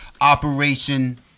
Operation